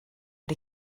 but